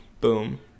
Boom